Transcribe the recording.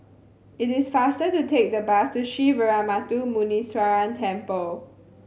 it is faster to take the bus to Sree Veeramuthu Muneeswaran Temple